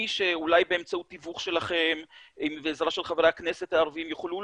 אולי באמצעות תיווך שלכם ועזרה של חברי הכנסת הערבים שיוכלו